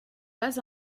pas